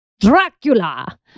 Dracula